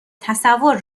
تصور